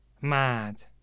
Mad